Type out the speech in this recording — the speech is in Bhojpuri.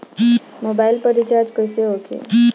मोबाइल पर रिचार्ज कैसे होखी?